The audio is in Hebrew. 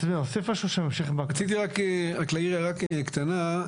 רציתי רק להעיר הערה קטנה,